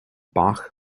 bach